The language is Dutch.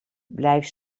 blijf